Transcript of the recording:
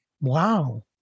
Wow